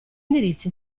indirizzi